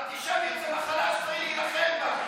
אנטישמיות זו מחלה שצריך לטפל בה.